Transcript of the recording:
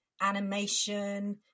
animation